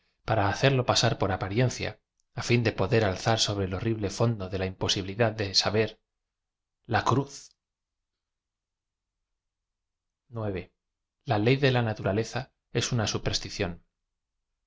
ara hacerlo pasar por apariencia á ñn de poder alzar sobre el horrible fondo de la imposibilidad de saber jla cruz la ley ds la naturaleza es una